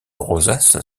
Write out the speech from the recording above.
rosace